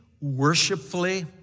worshipfully